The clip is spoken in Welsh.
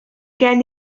gen